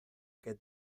che